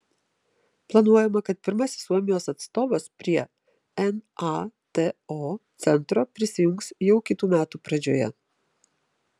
planuojama kad pirmasis suomijos atstovas prie nato centro prisijungs jau kitų metų pradžioje